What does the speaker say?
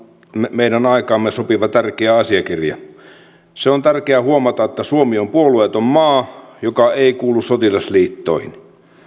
meidän aikaamme sopiva tärkeä asiakirja on tärkeä huomata että suomi on puolueeton maa joka ei kuulu sotilasliittoihin